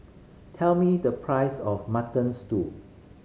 tell me the price of Mutton Stew